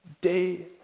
day